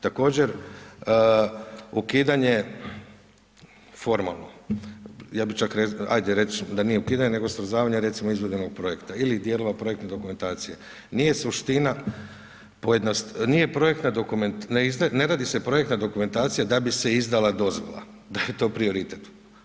Također ukidanje, formalno, ja bih čak rekao, ajde recimo da nije ukidanje nego ... izvedbenog projekta ili dijelova projektne dokumentacije, nije suština, nije projektna, ne radi se projektna dokumentacija da bi se izdala dozvola, da je to prioritet.